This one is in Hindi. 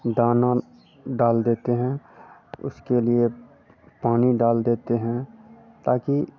दाना डाल देते हैं उसके लिए पानी डाल देते हैं ताकी